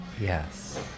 Yes